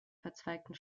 verzweigten